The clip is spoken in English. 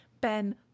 Ben